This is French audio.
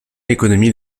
l’économie